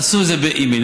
עשו את זה באימייל,